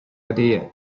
idea